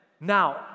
Now